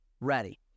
ready